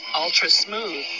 ultra-smooth